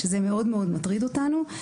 וזה מאוד מאוד מטריד אותנו.